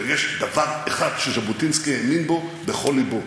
אבל יש דבר אחד שז'בוטינסקי האמין בו בכל לבו,